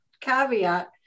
caveat